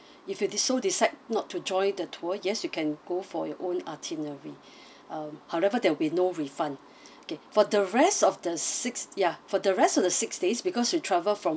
if you so decide not to join the tour yes you can go for your own itinerary uh however there will be no refund okay for the rest of the six ya for the rest of the six days because you travel from